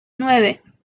nueve